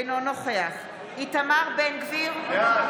אינו נוכח איתמר בן גביר, בעד